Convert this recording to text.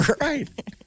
Right